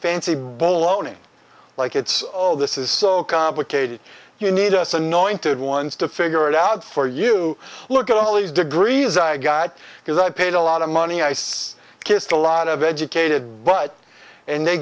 fancy bull loney like it's all this is so complicated you need us anointed ones to figure it out for you look at all these degrees i got because i paid a lot of money i says kissed a lot of educated but and they